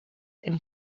and